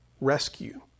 rescue